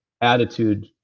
attitude